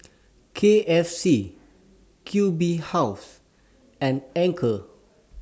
K F C Q B House and Anchor